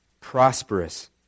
Prosperous